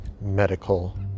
medical